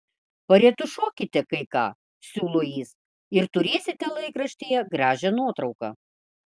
paretušuokite kai ką siūlo jis ir turėsite laikraštyje gražią nuotrauką